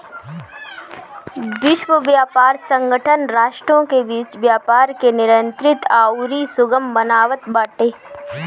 विश्व व्यापार संगठन राष्ट्रों के बीच व्यापार के नियंत्रित अउरी सुगम बनावत बाटे